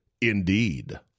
Indeed